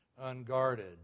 unguarded